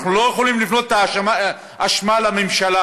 אנחנו לא יכולים להפנות את האשמה לממשלה.